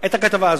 את הכתבה הזאת.